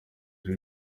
rero